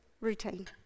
routine